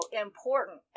important